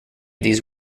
these